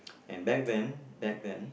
and back then back then